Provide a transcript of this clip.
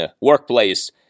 workplace